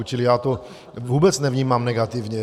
Čili já to vůbec nevnímám negativně.